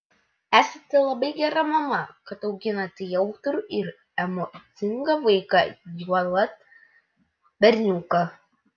esate labai gera mama kad auginate jautrų ir emocingą vaiką juolab berniuką